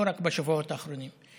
לא רק בשבועות האחרונים,